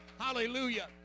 Hallelujah